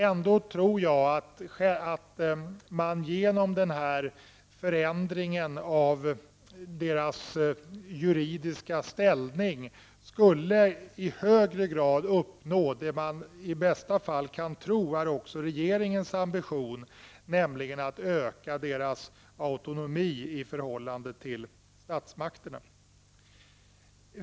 Jag tror ändå att man genom den här förändringen av universitetens juridiska ställning i högre grad skulle kunna uppnå det man i bästa fall kan tro också är regeringens ambition, nämligen att öka autonomin gentemot statsmakterna.